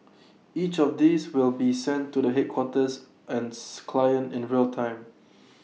each of these will be sent to the headquarters ants clients in real time